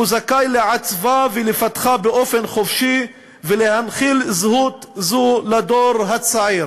הוא זכאי לעצבה ולפתחה באופן חופשי ולהנחיל זהות זו לדור הצעיר,